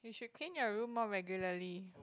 you should clean your room more regularly